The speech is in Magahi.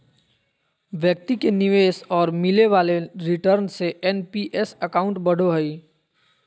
व्यक्ति के निवेश और मिले वाले रिटर्न से एन.पी.एस अकाउंट बढ़ो हइ